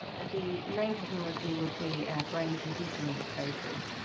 the main technology would be ah brain-computer interfaces.